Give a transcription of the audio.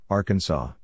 Arkansas